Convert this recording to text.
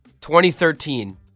2013